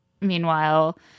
meanwhile